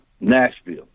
Nashville